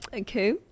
okay